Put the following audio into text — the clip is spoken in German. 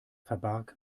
verbarg